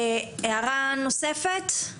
הערה נוספת, לסגירה.